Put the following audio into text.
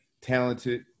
Talented